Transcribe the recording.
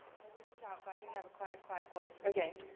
i would shout but i think i have a quiet quiet voice. ok.